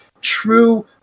true